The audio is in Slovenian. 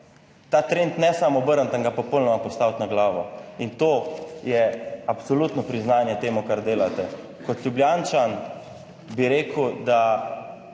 ta trend ne samo obrniti in ga popolnoma postaviti na glavo. To je absolutno priznanje temu, kar delate. Kot Ljubljančan bi rekel, da